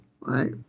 right